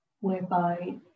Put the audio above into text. whereby